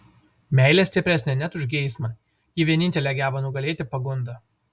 meilė stipresnė net už geismą ji vienintelė geba nugalėti pagundą